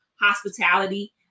hospitality